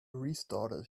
restarted